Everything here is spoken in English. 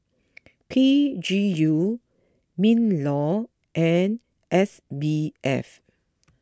P G U MinLaw and S B F